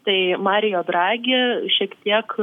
tai marijo dragi šiek tiek